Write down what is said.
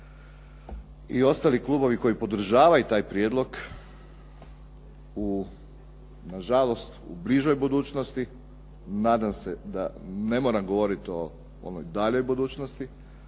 i ostali klubovi koji podržavaju taj prijedlog u, nažalost u bližoj budućnosti, nadam se da ne moram govoriti o onoj daljnjoj budućnosti,